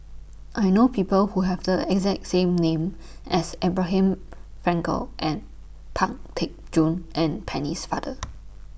I know People Who Have The exact same name as Abraham Frankel and Pang Teck Joon and Penne's Father